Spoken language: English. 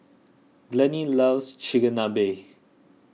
Glennie loves Chigenabe